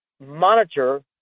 monitor